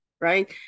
right